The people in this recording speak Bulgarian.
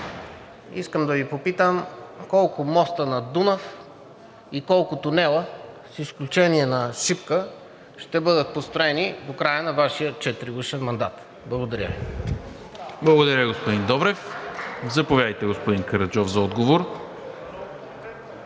Искам да Ви попитам колко моста на Дунав и колко тунела с изключение на Шипка ще бъдат построени до края на Вашия четиригодишен мандат? Благодаря Ви. ПРЕДСЕДАТЕЛ НИКОЛА МИНЧЕВ: Благодаря, господин Добрев. Заповядайте, господин Караджов, за отговор.